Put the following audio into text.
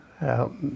out